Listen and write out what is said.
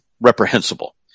reprehensible